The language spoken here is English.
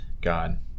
God